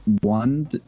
one